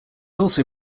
also